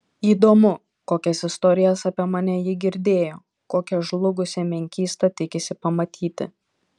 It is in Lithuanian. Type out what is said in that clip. įdomu kokias istorijas apie mane ji girdėjo kokią žlugusią menkystą tikisi pamatyti